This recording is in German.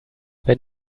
wenn